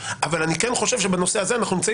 אבל אני כן חושב שבנושא הזה אנחנו נמצאים